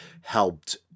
helped